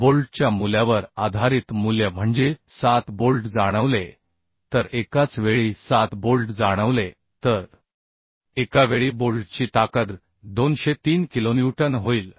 बोल्टच्या मूल्यावर आधारित मूल्य म्हणजे 7 बोल्ट जाणवले तर एकाच वेळी 7 बोल्ट जाणवले तर एका वेळी बोल्टची ताकद 203 किलोन्यूटन होईल